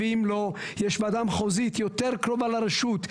ואם לא, יש וועדה מחוזית יותר קרובה לרשות.